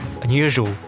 unusual